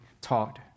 taught